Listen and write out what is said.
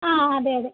ആ അതെ അതെ